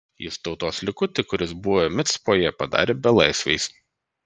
jis tautos likutį kuris buvo micpoje padarė belaisviais